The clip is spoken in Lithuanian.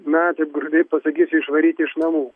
na taip grubiai pasakysiu išvaryti iš namų